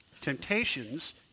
Temptations